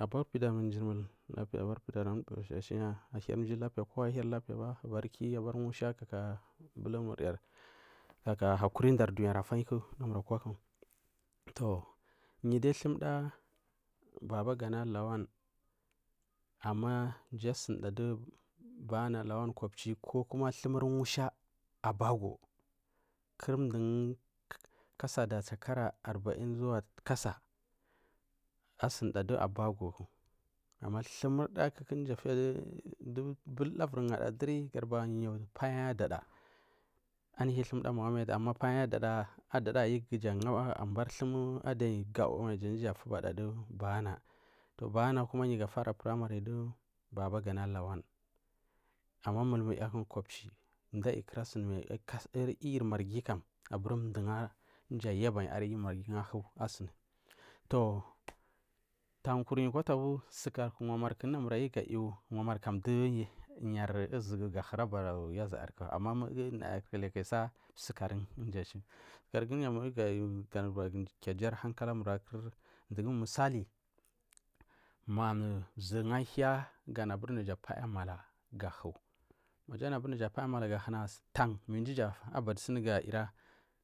Abarpidimur myimur lapiya abarshina ahiringi lapiya ba kowa ahiri lapiyaba abar kiyi abar musha kowa lapiyaba abarmur kaka hakuriri dunyaku afayi ku ɗu nanur akwaku toh niyudi thlumda babagana lawan ama myisunda ɗu bana lawan kopedi kokuma thlumur musha abago kuh mdugu kkasada shikara arbain zuwa kasa asunda ɗu abago ku ama thlumda du bulda aviri gaɗa ɗuri gaɗubari niyu paya dada nada iviri gaɗa du mohammed anihi ama adada aiyu ga gada abari thlumuri adayi gaumi jafubada du ba’ana ba’ana kuma yugafari primary du babagana lawan ama mulmuriya kopehi mdu aiyi kura sunmai yiyiri marghi kam abur mdu ga mgi ayabai ahu asun toh tankunyi kwafagu sukari wamari ku du yari izigu ga huri abalau yazza yari ama nayaku kilikasa sukari jan mdu achu yayuga sugu giyu ayu kiya jari hankalamur dugu misali ma zurgu ahiya ganu abari naya paya mala gahu naya anu aburi ga paya mala gahu na tan miya bada tsuni ga yura